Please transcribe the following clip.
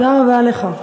תודה רבה לך.